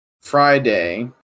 Friday